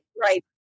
right